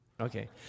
Okay